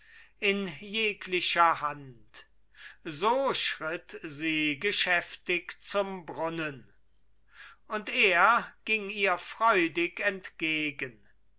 in jeglicher hand so schritt sie geschäftig zum brunnen und er ging ihr freudig entgegen